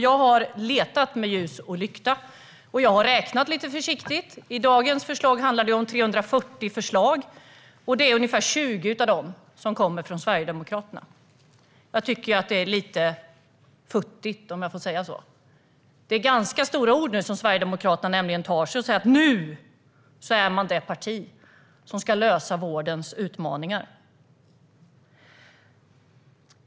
Jag har letat med ljus och lykta och räknat lite försiktigt. I dagens betänkande handlar det om 340 förslag. Det är ungefär 20 av dem som kommer från Sverigedemokraterna. Jag tycker att det är lite futtigt, om jag får säga så. Det är ganska stora ord som Sverigedemokraterna nu använder. Man säger sig vara det parti som ska lösa vårdens utmaningar.